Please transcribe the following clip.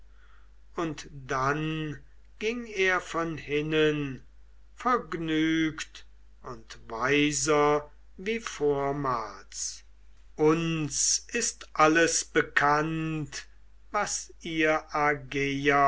und dann ging er von hinnen vergnügt und weiser wie vormals uns ist alles bekannt was ihr